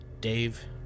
Dave